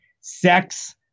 sex